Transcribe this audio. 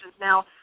Now